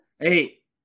Eight